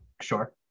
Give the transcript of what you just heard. Sure